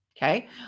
Okay